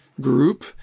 group